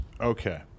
Okay